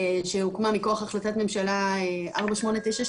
שהוקמה מכוח החלטת ממשלה 4892,